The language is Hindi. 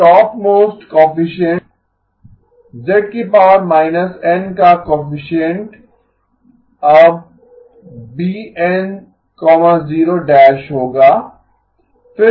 तो टॉपमोस्ट कोएफिसिएन्ट z−N का कोएफिसिएन्ट अब होगा